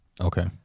Okay